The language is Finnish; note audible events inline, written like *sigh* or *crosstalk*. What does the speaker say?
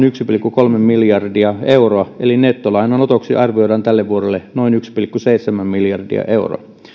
*unintelligible* yksi pilkku kolme miljardia euroa eli nettolainanotoksi arvioidaan tälle vuodelle noin yksi pilkku seitsemän miljardia euroa